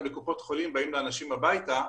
עושים בקופות חולים אבל עכשיו באים לאנשים הביתה.